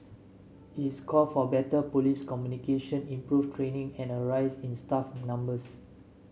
its called for better police communication improved training and a rise in staff numbers